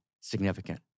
significant